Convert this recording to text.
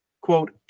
quote